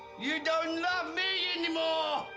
you don't love me anymore.